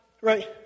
right